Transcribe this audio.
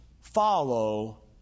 follow